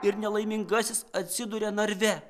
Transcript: ir nelaimingasis atsiduria narve